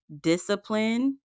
discipline